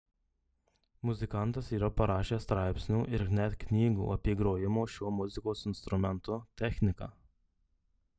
muzikantas yra parašęs straipsnių ir net knygų apie grojimo šiuo muzikos instrumentu techniką